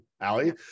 Allie